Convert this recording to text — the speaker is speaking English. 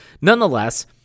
Nonetheless